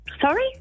Sorry